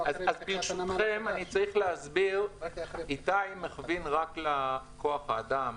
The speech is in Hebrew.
איתי מכווין רק לכוח אדם,